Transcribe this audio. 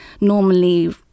normally